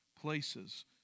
places